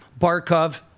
Barkov